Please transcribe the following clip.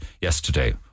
yesterday